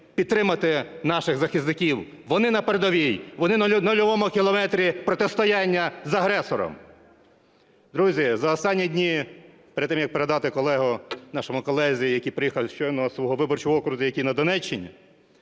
підтримати наших захисників, вони на передовій, вони на нульовому кілометрі протистояння з агресором. Друзі, за останні дні, перед тим, як передати нашому колезі, який приїхав щойно з свого виборчого округу, який на Донеччині,